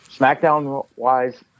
SmackDown-wise